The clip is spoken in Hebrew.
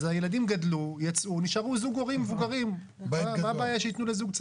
אז הילדים גדלו, יצאו, נשארו זוג הורים מבוגרים.